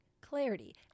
Clarity